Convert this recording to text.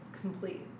complete